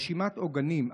רשימת עוגנים,